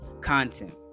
content